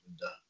done